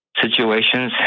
situations